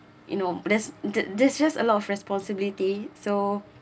you know there's the there's just a lot of responsibility so